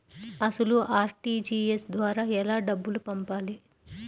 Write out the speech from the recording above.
అసలు అర్.టీ.జీ.ఎస్ ద్వారా ఎలా డబ్బులు పంపాలి?